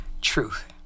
Truth